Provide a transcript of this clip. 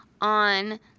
on